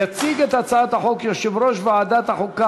יציג את הצעת החוק יושב-ראש ועדת החוקה,